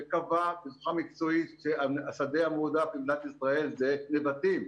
וקבע בצורה מקצועית שהשדה המועדף במדינת ישראל זה נבטים.